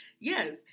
Yes